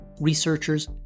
researchers